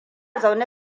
zaune